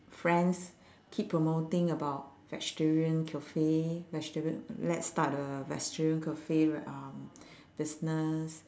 friends keep promoting about vegetarian cafe vegetarian let's start a vegetarian cafe right um business